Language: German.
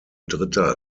dritter